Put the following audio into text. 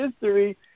history